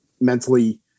mentally